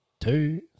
two